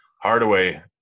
Hardaway